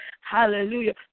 Hallelujah